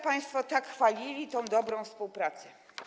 Państwo tu tak chwalili tę dobrą współpracę.